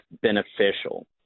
beneficial